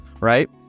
right